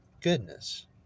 goodness